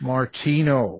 Martino